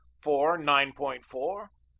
four nine point four,